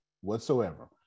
whatsoever